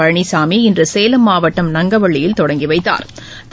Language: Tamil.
பழனிசாமி இன்று சேலம் மாவட்டம் நங்கவள்ளியில் தொடங்கி வைத்தாா்